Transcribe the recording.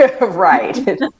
Right